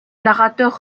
narrateur